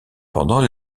pendant